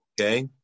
Okay